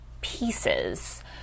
pieces